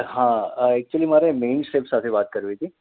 હાં એકચ્યુલી મારે mainstream સાથે વાત કરવી હતી